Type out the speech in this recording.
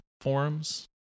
forums